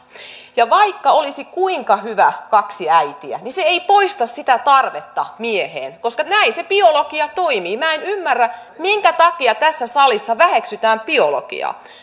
ja vaikka olisi kuinka hyvät kaksi äitiä niin se ei poista sitä tarvetta mieheen koska näin se biologia toimii minä en ymmärrä minkä takia tässä salissa väheksytään biologiaa